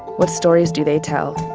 what stories do they tell?